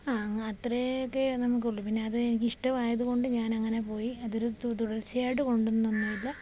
ആ അങ്ങ് അത്രയൊക്കെ നമുക്കുള്ളു പിന്നെ അത് എനിക്ക് ഇഷ്ടമായതുകൊണ്ട് ഞാനങ്ങനെ പോയി അതൊരു തുടർച്ചയായിട്ട് കൊണ്ടുവന്നൊന്നുമില്ല